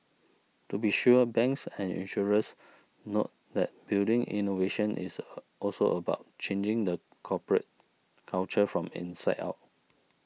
to be sure banks and insurers note that building innovation is also about changing the corporate culture from inside out